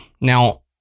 Now